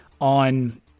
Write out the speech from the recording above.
on